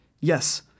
yes